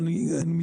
אבל אני מתנצל,